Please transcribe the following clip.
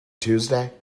tuesday